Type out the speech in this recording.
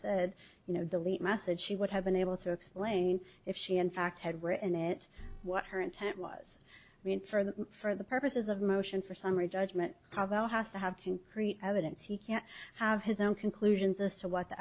said you know delete message she would have been able to explain if she in fact had written it what her intent was i mean for the for the purposes of motion for summary judgment cabell has to have concrete evidence he can have his own conclusions as to what the